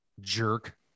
jerk